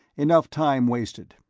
enough time wasted.